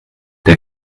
der